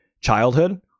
childhood